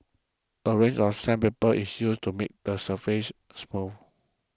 a range of sandpaper is used to make the surface smooth